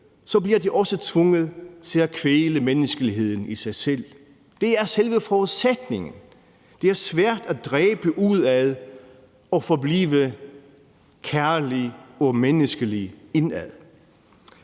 bliver de også tvunget til at kvæle menneskeligheden i sig selv. Det er selve forudsætningen. Det er svært at dræbe udad og forblive kærlig og menneskelig indad.